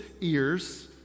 ears